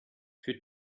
für